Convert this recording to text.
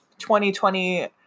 2020